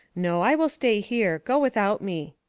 no, i will stay here go without me.